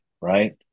right